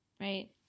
Right